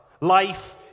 Life